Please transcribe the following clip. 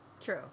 True